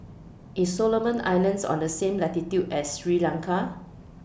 IS Solomon Islands on The same latitude as Sri Lanka